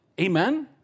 Amen